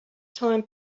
time